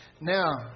Now